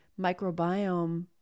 microbiome